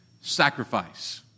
sacrifice